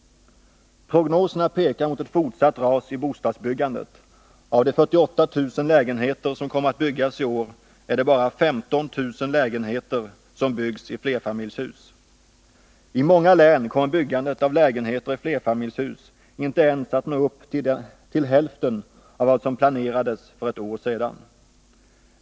Prognoserna pekar mot ett fortsatt ras i bostadsbyggandet. Av de 48 000 lägenheter som kommer att byggas i år är det bara 15 000 lägenheter som byggs i flerfamiljshus. I många län kommer byggandet av lägenheter i flerfamiljshus inte ens att nå upp till hälften av vad som planerades för ett år sedan.